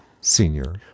senior